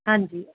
ਹਾਂਜੀ